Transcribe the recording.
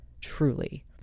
truly